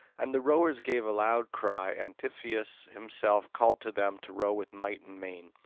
and the rowers gave a loud cry and tiphys himself called to them to row with might and main.